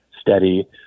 steady